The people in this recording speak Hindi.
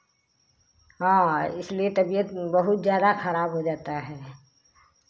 हाँ इसलिए तबियत बहुत ज़्यादा खराब हो जाता है